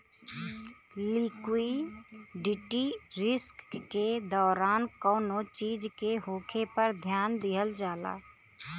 liquidity risk के दौरान कौनो चीज के होखे पर ध्यान दिहल जाला